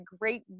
great